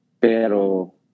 pero